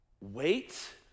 Wait